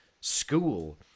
school